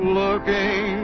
looking